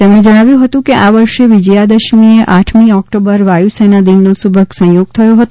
તેમણે જણાવ્યું હતું કે આ વર્ષે વિજયાદશમીએ આઠ ઓક્ટોબર વાયુસેના દિનનો સુભગ સંયોગ થયો હતો